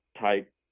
type